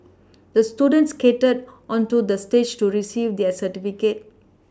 the student skated onto the stage to receive the certificate